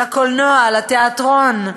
לקולנוע, לתיאטרון,